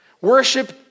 Worship